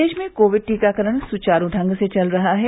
प्रदेश में कोविड टीकाकरण सुचारू ढंग से चल रहा है